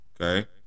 Okay